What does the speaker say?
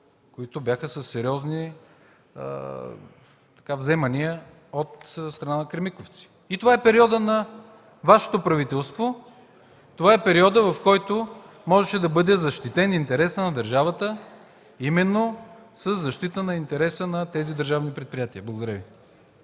които бяха със сериозни вземания от страна на „Кремиковци”, това е периодът на Вашето правителство, това е периодът, в който можеше да бъде защитен интересът на държавата именно със защита на интереса на тези държавни предприятия. Благодаря Ви.